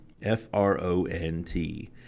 F-R-O-N-T